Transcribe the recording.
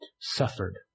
suffered